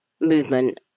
movement